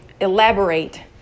elaborate